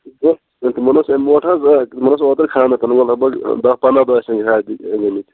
ہَے تِمَن اوس امہِ برٛوٗنٹھ حظ تِمَن اوس اوٗترٕہ خانٛدَر تَنہٕ گٔیہِ لگ بگ دَہ پَنٛداہ دۄہ آسَن شاید گٲمٕتۍ